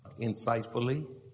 insightfully